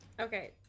Okay